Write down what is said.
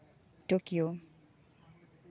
Tokyo